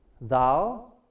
Thou